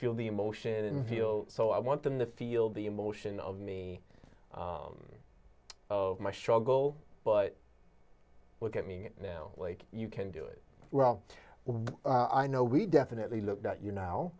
the emotion and feel so i want them to feel the emotion of me of my struggle but look at me now like you can do it well i know we definitely looked at you now